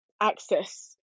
access